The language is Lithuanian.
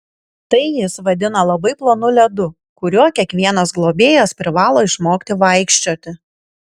tai jis vadina labai plonu ledu kuriuo kiekvienas globėjas privalo išmokti vaikščioti